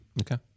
Okay